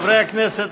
חברי הכנסת,